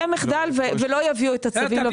שיהיה מחדל ולא יביאו את הצווים לוועדה.